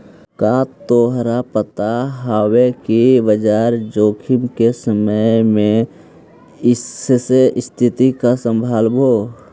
का तोरा पता हवअ कि बाजार जोखिम के समय में कइसे स्तिथि को संभालव